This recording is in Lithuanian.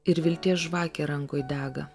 ir vilties žvakė rankoj dega